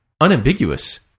unambiguous